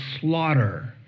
slaughter